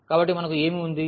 కాబట్టి మనకు ఏమి ఉంది